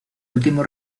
último